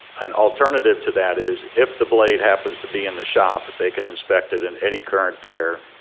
an alternative to that is if the blade happens to be in the shop they can inspect it in eddy current there.